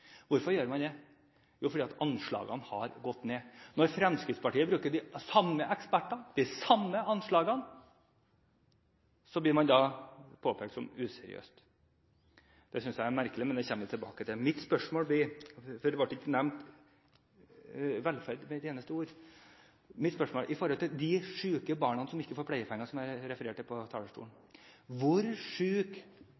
Hvorfor gjør man det? Jo, det er fordi anslagene har gått ned. Når Fremskrittspartiet bruker de samme ekspertene, de samme anslagene, blir det påpekt som useriøst. Det synes jeg er merkelig, men det kommer vi tilbake til. Mitt spørsmål blir – for velferd ble ikke nevnt med et eneste ord: Når det gjelder de syke barna som ikke får pleiepenger – som jeg refererte til på talerstolen